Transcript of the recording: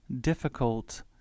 difficult